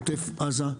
עוטף עזה,